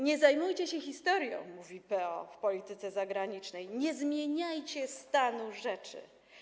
Nie zajmujcie się historią - mówi PO - w polityce zagranicznej, nie zmieniajcie stanu rzeczy.